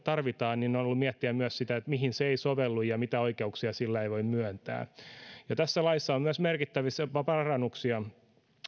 tarvitaan on ollut miettiä myös sitä mihin se ei sovellu ja mitä oikeuksia sillä ei voi myöntää ja tässä laissa on myös merkittäviä parannuksia